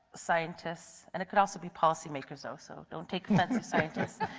scientists and it can also be policymakers also, don't take offense to scientists.